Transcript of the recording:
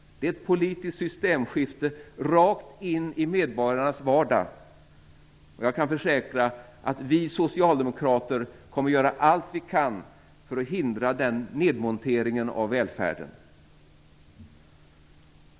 Det är ett politiskt systemskifte rakt in i medborgarnas vardag. Jag kan försäkra att vi socialdemokrater kommer att göra allt vi kan för att hindra den nedmonteringen av välfärden.